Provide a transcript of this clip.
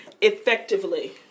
effectively